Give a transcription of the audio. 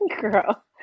Girl